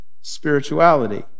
spirituality